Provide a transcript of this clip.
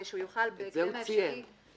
שהוא יוכל בהקדם האפשרי -- את זה הוא ציין.